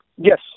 Yes